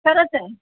खरंच आहे